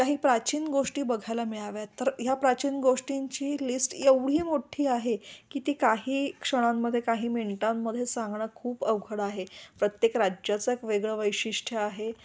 काही प्राचीन गोष्टी बघायला मिळाव्यात तर ह्या प्राचीन गोष्टींची लिस्ट एवढी मो्ठी आहे की ती काही क्षणांमध्ये काही मिनटांमध्ये सांगणं खूप अवघड आहे प्रत्येक राज्याचं एक वेगळं वैशिष्ट्य आहे